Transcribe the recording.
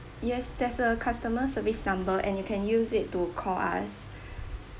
yes there's a customer service number and you can use it to call us